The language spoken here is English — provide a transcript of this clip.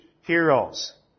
heroes